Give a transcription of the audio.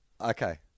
Okay